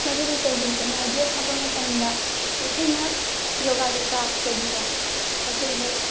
ꯃꯗꯨꯗꯤ ꯀꯩ ꯀꯩ ꯈꯦꯠꯅꯒꯦ ꯍꯥꯏꯕ ꯃꯇꯝꯗ ꯑꯩꯈꯣꯏꯅ ꯌꯣꯒꯥꯒꯤ ꯀ꯭ꯂꯥꯁꯇꯗꯤꯅꯦ ꯑꯩꯈꯣꯏꯒꯤ